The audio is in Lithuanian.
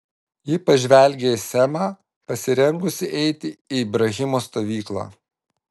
ji pažvelgė į semą pasirengusį eiti į ibrahimo stovyklą